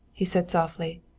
he said softly.